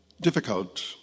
difficult